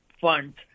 funds